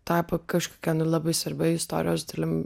tapo kažkokia nu labai svarbia istorijos dalim